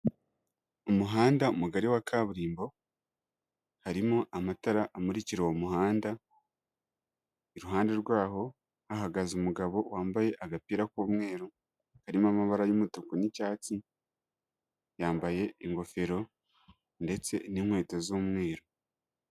Umuhanda mugari wa kaburimbo, harimo amatara amurikira uwo muhanda, iruhande rwaho hahagaze umugabo wambaye agapira k'umweru, karimo amabara y'umutuku n'icyatsi, yambaye ingofero ndetse n'inkweto z'umweru.